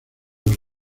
los